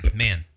man